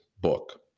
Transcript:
book